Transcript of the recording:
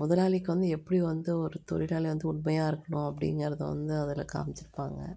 முதலாளிக்கு வந்து எப்படி வந்து ஒரு தொழிலாளி வந்து உண்மையாக இருக்கணும் அப்படிங்கிறத வந்து அதில் காமித்திருப்பாங்க